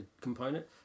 component